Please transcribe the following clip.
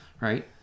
Right